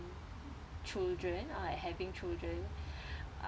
children uh having children